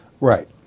Right